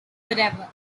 forever